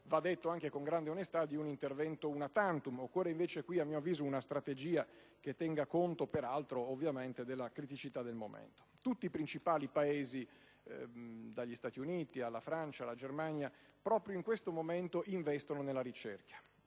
va detto anche con grande onestà, di un intervento *una tantum*. Occorre invece, a mio avviso, una strategia che tenga conto, peraltro ovviamente, della criticità del momento. Tutti i principali Paesi, dagli Stati Uniti, alla Francia, alla Germania, proprio in questa congiuntura hanno deciso